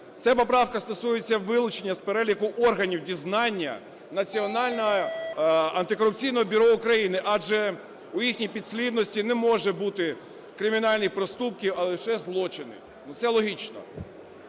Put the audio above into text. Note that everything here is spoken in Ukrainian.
Ця поправка стосується вилучення з переліку органів дізнання Національного антикорупційного бюро України. Адже у їхній підслідності не може бути кримінальні проступки, а лише злочини – це логічно.